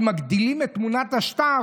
אם מגדילים את תמונת השטר,